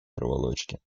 проволочки